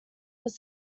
was